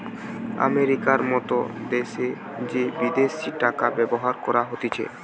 আমেরিকার মত দ্যাশে যে বিদেশি টাকা ব্যবহার করা হতিছে